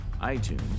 iTunes